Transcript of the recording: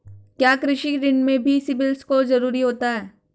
क्या कृषि ऋण में भी सिबिल स्कोर जरूरी होता है?